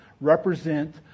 represent